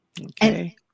okay